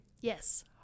Yes